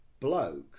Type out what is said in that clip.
Bloke